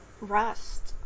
Rust